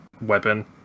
weapon